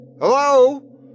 Hello